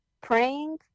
praying